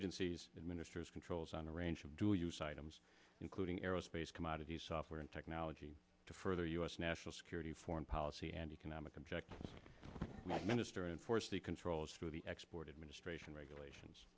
agencies administers controls on a range of dual use items including aerospace commodities software and technology to further u s national security foreign policy and economic objectives minister enforce the controls through the export administration regulations